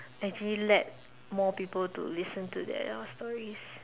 actually let more people to listen to their stories